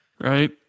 Right